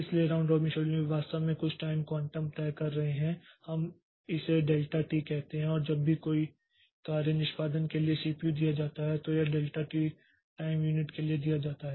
इसलिए round robin scheduling वे वास्तव में कुछ टाइम क्वांटम तय कर रहे हैं हम इसे डेल्टा टी कहते हैं और जब भी कोई कार्य निष्पादन के लिए सीपीयू दिया जाता है तो यह डेल्टा टी टाइम यूनिट के लिए दिया जाता है